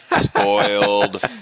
spoiled